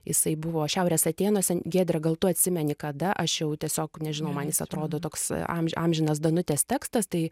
jisai buvo šiaurės atėnuose giedre gal tu atsimeni kada aš jau tiesiog nežinau man jis atrodo toks amž amžinas danutės tekstas tai